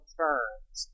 turns